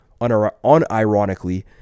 unironically